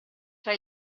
tra